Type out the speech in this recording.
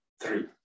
three